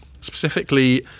specifically